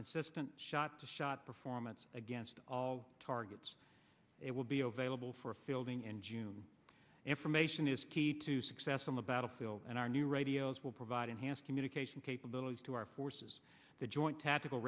consistent shot to shot performance against all targets it will be available for fielding and june information is key to success on the battlefield and our new radios will provide enhanced communication capabilities to our forces the joint tactical